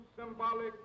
symbolic